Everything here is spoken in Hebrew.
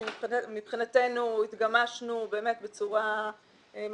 כאשר מבחינתנו התגמשנו באמת בצורה משמעותית.